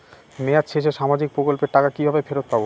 মেয়াদ শেষে সামাজিক প্রকল্পের টাকা কিভাবে ফেরত পাবো?